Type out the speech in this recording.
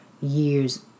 years